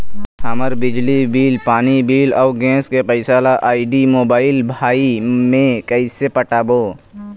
हमर बिजली बिल, पानी बिल, अऊ गैस के पैसा ला आईडी, मोबाइल, भाई मे कइसे पटाबो?